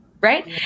Right